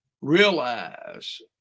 realize